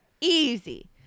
Easy